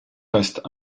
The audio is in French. reste